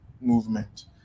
movement